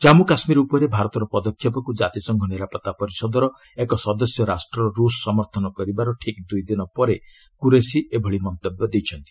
ଜମ୍ମୁ କାଶ୍ମୀର ଉପରେ ଭାରତର ପଦକ୍ଷେପକୁ କାତିସଂଘ ନିରାପତ୍ତା ପରିଷଦର ଏକ ସଦସ୍ୟ ରାଷ୍ଟ୍ର ରୁଷ୍ ସମର୍ଥନ କରିବାର ଦୁଇ ଦିନ ପରେ କୁରେଶି ଏହି ମନ୍ତବ୍ୟ ଦେଇଛନ୍ତି